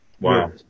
Wow